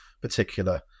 particular